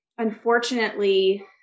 Unfortunately